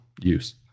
use